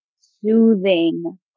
soothing